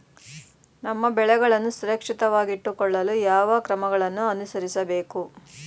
ನಮ್ಮ ಬೆಳೆಗಳನ್ನು ಸುರಕ್ಷಿತವಾಗಿಟ್ಟು ಕೊಳ್ಳಲು ಯಾವ ಕ್ರಮಗಳನ್ನು ಅನುಸರಿಸಬೇಕು?